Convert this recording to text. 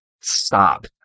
stop